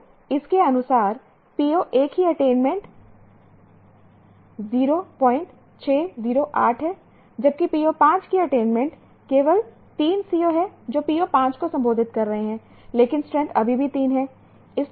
तो इसके अनुसार PO एक की अटेनमेंट 0608 है जबकि PO 5 की अटेनमेंट केवल 3 CO हैं जो PO 5 को संबोधित कर रहे हैं लेकिन स्ट्रैंथ अभी भी 3 है